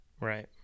Right